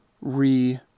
re-